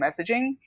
messaging